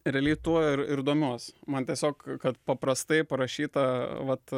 realiai tuo ir ir domiuos man tiesiog kad paprastai parašyta vat